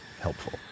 helpful